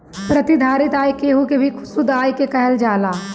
प्रतिधारित आय केहू के भी शुद्ध आय के कहल जाला